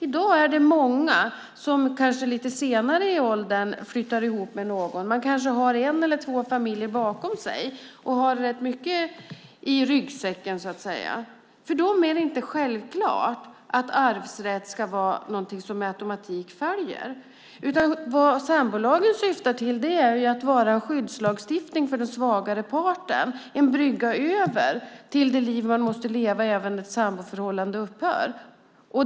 I dag är det många som lite senare i högre ålder flyttar ihop med någon och kanske har en eller två familjer bakom sig och har rätt mycket i ryggsäcken så att säga. För dem är det inte självklart att arvsrätt ska vara någonting som följer med automatik. Vad sambolagen syftar till är att vara en skyddslagstiftning för den svagare parten, en brygga över till det liv man måste leva även efter det att samboförhållandet upphör.